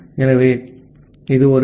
ஆகவே இது ஒரு டி